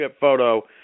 photo